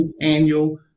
annual